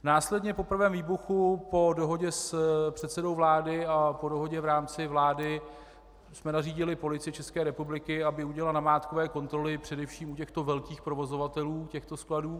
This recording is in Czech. Následně po prvém výbuchu po dohodě s předsedou vlády a po dohodě v rámci vlády jsme nařídili Policii České republiky, aby udělala namátkové kontroly především u těchto velkých provozovatelů těchto skladů.